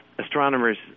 astronomers